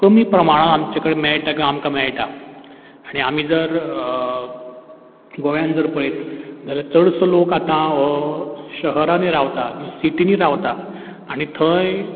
कमी प्रमाणान आमचे कडेन मेळटा आमकां मेळटा आनी आमी जर गोंयान जर पयत जाल्या चडसो लोक आतां हो शहरांनी रावता सिटींनी रावता आनी थंय